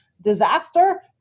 disaster